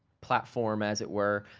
platform as it were,